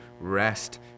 rest